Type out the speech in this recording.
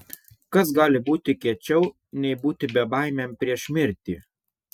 kas gali būti kiečiau nei būti bebaimiam prieš mirtį